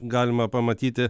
galima pamatyti